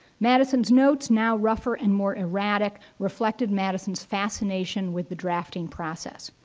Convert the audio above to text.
madison's notes, now rougher and more erratic, reflected madison's fascination with the drafting process.